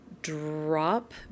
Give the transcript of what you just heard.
drop